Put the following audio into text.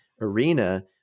arena